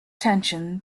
tension